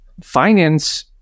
Finance